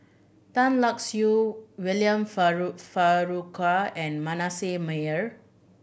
Tan Lark Sye William Farquhar and Manasseh Meyer